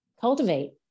cultivate